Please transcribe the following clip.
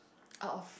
out of